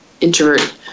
introvert